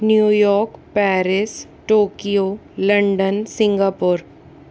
New York Paris Tokyo London Singapore